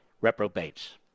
reprobates